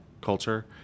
culture